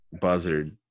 buzzard